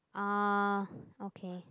uh okay